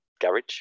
garage